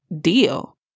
deal